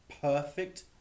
perfect